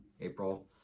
April